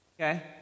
Okay